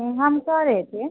वह हम कह रए थे